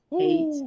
Eight